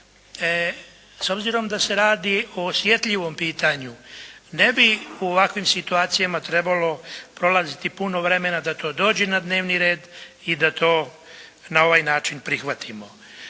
S obzirom da se radi o osjetljivom pitanju ne bi u ovakvim situacijama trebalo prolaziti puno vremena da to dođe na dnevni red i da to na ovaj način prihvatimo.